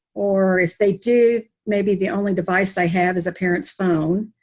or if they do, maybe the only device they have is a parent's phone.